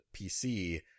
PC